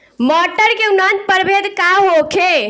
मटर के उन्नत प्रभेद का होखे?